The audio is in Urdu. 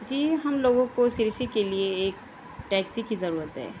جی ہم لوگوں کو سرسی کے لیے ایک ٹیکسی کی ضرورت ہے